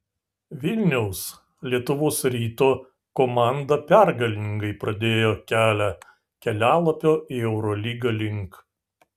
vilniaus lietuvos ryto komanda pergalingai pradėjo kelią kelialapio į eurolygą link